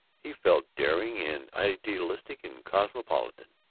he felt daring and idealistic and cosmopolitan.